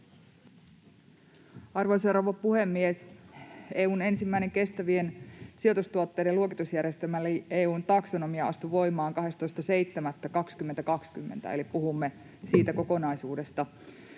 Arvoisa rouva puhemies! EU:n ensimmäinen kestävien sijoitustuotteiden luokitusjärjestelmä eli EU:n taksonomia astui voimaan 12.7.2020, eli puhumme siitä kokonaisuudesta.